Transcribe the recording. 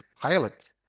pilot